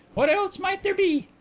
what else might there be?